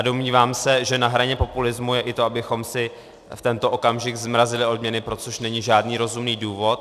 A domnívám se, že na hraně populismu je i to, abychom si v tento okamžik zmrazili odměny, pro což není žádný rozumný důvod.